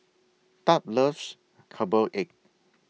Thad loves Herbal Egg